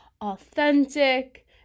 authentic